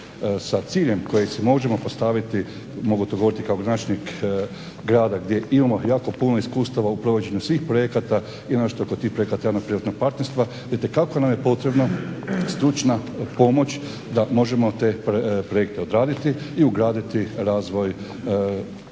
sa ciljem kojeg si možemo postaviti, mogu to govoriti i kao gradonačelnik grada gdje imamo jako puno iskustva u provođenju svih projekata i naročito oko tih projekata javno-privatnog partnerstva itekako nam je potrebna stručna pomoć da možemo te projekte odraditi i ugraditi razvoj općine